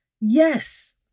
Yes